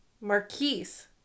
Marquise